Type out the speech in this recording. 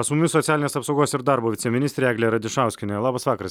su mumis socialinės apsaugos ir darbo viceministrė eglė radišauskienė labas vakaras